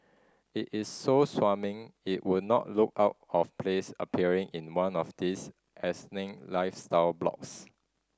it is so smarmy it would not look out of place appearing in one of these asinine lifestyle blogs